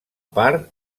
part